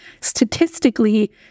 statistically